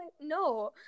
no